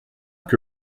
que